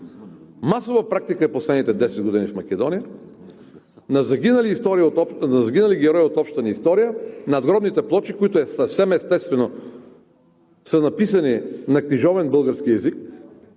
масова практика е в последните 10 години в Македония на загинали герои от общата ни история, надгробните плочи, които съвсем естествено са написани на книжовен български език,